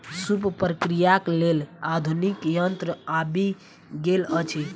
सूप प्रक्रियाक लेल आधुनिक यंत्र आबि गेल अछि